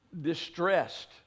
distressed